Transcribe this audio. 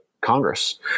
Congress